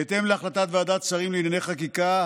בהתאם להחלטת ועדת השרים לענייני חקיקה,